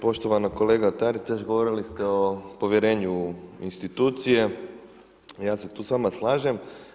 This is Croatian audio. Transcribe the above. Poštovana kolegica Taritaša, govorili ste o povjerenju institucije, ja se tu s vama slažem.